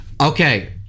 Okay